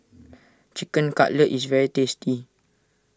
Chicken Cutlet is very tasty